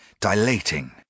dilating